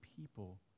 people